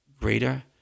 greater